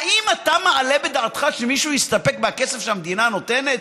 האם אתה מעלה בדעתך שמישהו יסתפק בכסף שהמדינה נותנת?